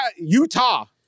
Utah